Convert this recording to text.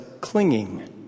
clinging